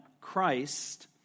Christ